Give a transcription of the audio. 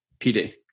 PD